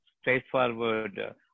straightforward